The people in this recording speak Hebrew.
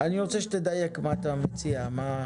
אני רוצה שתדייק בהצעה שלך.